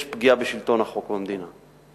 יש פגיעה בשלטון החוק במדינה,